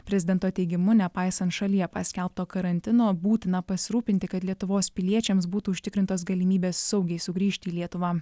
prezidento teigimu nepaisant šalyje paskelbto karantino būtina pasirūpinti kad lietuvos piliečiams būtų užtikrintos galimybės saugiai sugrįžti į lietuvą